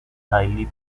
highly